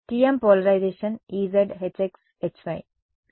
TM polarisation Ez Hx Hy